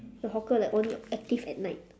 your hawker like only active at night